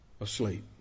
asleep